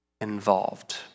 involved